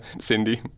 Cindy